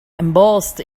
embossed